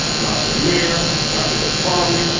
not the mayor, not the department,